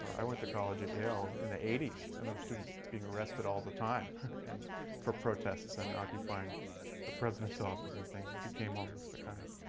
i went to college at yale in the eighty s and there were students being arrested all the time and for protests and occupying the president's office and things. it became almost a kind of